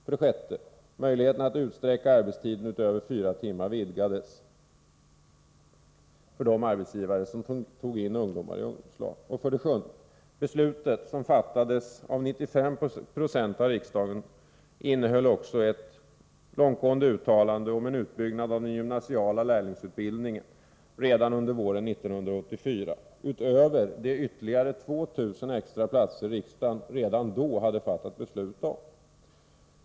För det sjätte: Möjligheterna att utsträcka arbetstiden över fyra timmar vidgades för de arbetsgivare som tog in ungdomar i ungdomslag. För det sjunde: Beslutet, som fattades av 95 26 av riksdagen, innehöll också ett långtgående uttalande om en utbyggnad av den gymnasiala lärlingsutbildningen redan under våren 1984, utöver de 2 000 extra platser riksdagen redan då hade fattat beslut om.